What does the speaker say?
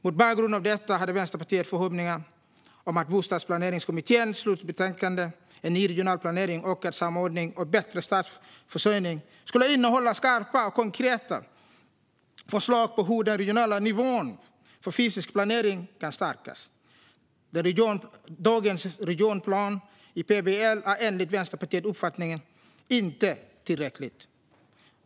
Mot bakgrund av detta hade Vänsterpartiet förhoppningar om att Bostadsplaneringskommitténs slutbetänkande En ny regional planering - ökad samordning och bättre bostadsförsörjning skulle innehålla skarpa och konkreta förslag på hur den regionala nivån för fysisk planering kan stärkas. Dagens regionplan i PBL är enligt Vänsterpartiets uppfattning inte tillräcklig.